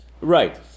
Right